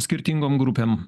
skirtingom grupėm